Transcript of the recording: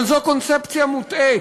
אבל זאת קונספציה מוטעית,